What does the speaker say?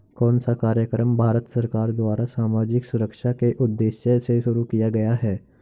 कौन सा कार्यक्रम भारत सरकार द्वारा सामाजिक सुरक्षा के उद्देश्य से शुरू किया गया है?